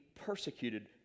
persecuted